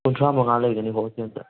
ꯀꯨꯟꯊ꯭ꯔꯥ ꯃꯉꯥ ꯂꯩꯒꯅꯤ ꯍꯣꯜ ꯁꯦꯜꯗ